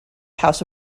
house